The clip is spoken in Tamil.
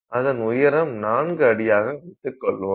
அதன் உயரம் 4 அடியாக வைத்துக்கொள்வோம்